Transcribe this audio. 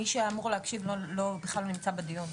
מי שהיה אמור להקשיב בכלל לא נמצא בדיון.